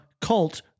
cult